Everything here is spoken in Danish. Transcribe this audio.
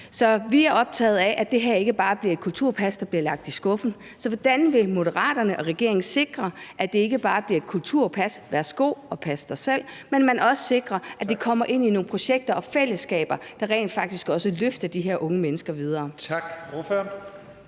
Vi er optaget af, at det her ikke bare bliver et kulturpas, der bliver lagt i skuffen, så hvordan vil Moderaterne og regeringen sikre, at det ikke bare bliver et kulturpas, værsgo, og pas dig selv, men at man også sikrer, at de kommer ind i nogle projekter og fællesskaber, der rent faktisk også løfter de her unge mennesker videre? Kl.